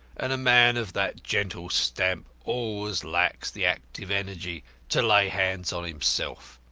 and a man of that gentle stamp always lacks the active energy to lay hands on himself.